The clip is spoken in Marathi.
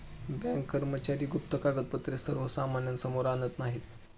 बँक कर्मचारी गुप्त कागदपत्रे सर्वसामान्यांसमोर आणत नाहीत